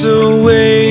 away